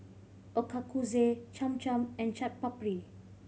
Ochazuke Cham Cham and Chaat Papri